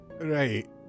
Right